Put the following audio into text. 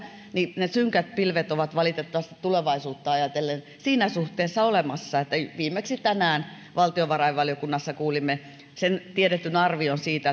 niin synkät pilvet ovat valitettavasti tulevaisuutta ajatellen siinä suhteessa olemassa että viimeksi tänään valtiovarainvaliokunnassa kuulimme sen tiedetyn arvion siitä